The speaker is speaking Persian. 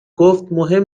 گفتمهم